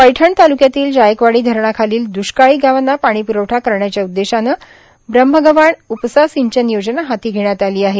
पैठण तालुक्यातील जायकवाडी धरणाखालील दुष्काळी गावांना पाणीप्रवठा करण्याच्या उददेशाने ब्रम्हगव्हाण उपसा सिंचन योजना हाती घेण्यात आली आहे